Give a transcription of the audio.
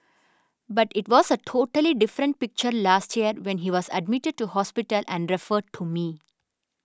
but it was a totally different picture last year when he was admitted to hospital and referred to me